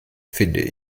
finde